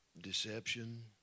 Deception